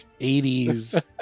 80s